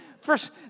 first